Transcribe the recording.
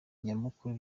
nyamukuru